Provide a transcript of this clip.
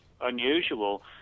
unusual